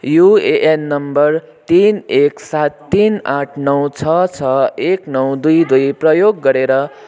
UAN number तिन एक सात तिन आठ नौ छ छ एक नौ दुई दुई प्रयोग गरेर